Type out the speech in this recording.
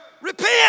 Repent